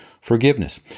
forgiveness